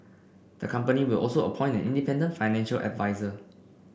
the company will also appoint an independent financial adviser